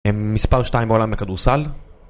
מספר שתיים בעולם הכדורסל